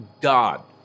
God